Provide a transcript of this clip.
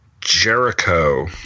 Jericho